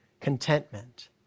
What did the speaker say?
contentment